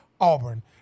Auburn